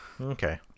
Okay